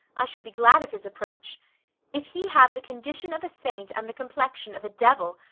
i should be glad of his approach if he have the condition of a saint and the complexion of a devil,